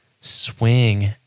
swing